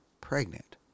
pregnant